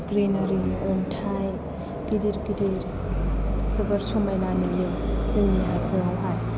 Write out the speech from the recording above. greenery अन्थाइ गिदिर गिदिर जोबोर समायना नुयो जोंनि हाजोआवहाय